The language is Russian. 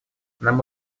нам